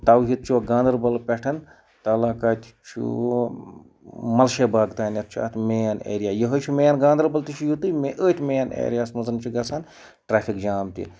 توحیٖد چوک گاندَربَل پٮ۪ٹھ کَتہِ چھُ ملشٲے باغ تانٮ۪تھ چھُ اَتھ مین ایریا یِہٕے چھُ مین گاندَربَل تہِ چھُ یُتُے أتھۍ مین ایریاہَس منٛز چھُ گژھان ٹرٛیفِک جام تہِ